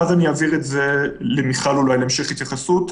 ואז אני אעביר את זה למיכל אולי להמשך התייחסות.